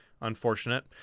unfortunate